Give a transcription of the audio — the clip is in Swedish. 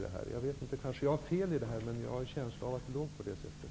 Jag kan ha fel, men jag har en känsla av att det förhöll sig på det sättet.